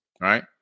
Right